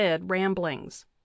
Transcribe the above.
Ramblings